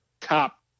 top